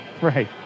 Right